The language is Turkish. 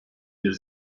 bir